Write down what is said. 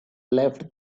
left